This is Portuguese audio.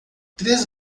três